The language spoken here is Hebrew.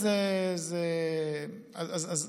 זו